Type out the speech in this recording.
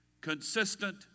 consistent